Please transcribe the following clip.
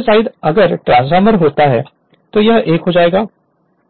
तो यह साइड यदि ट्रांसफार्म होता है तो यह 1 हो जाएगा